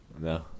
No